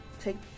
take